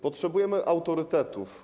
Potrzebujemy autorytetów.